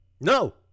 No